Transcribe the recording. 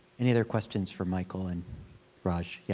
any other questions for michael and raj? yeah